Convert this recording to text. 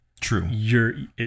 True